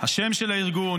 השם של הארגון,